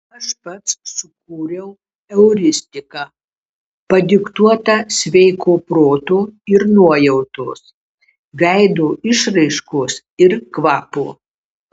aš pats sukūriau euristiką padiktuotą sveiko proto ir nuojautos veido išraiškos ir kvapo